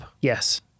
Yes